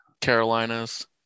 Carolinas